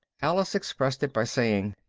alice expressed it by saying,